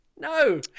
no